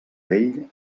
vell